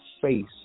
face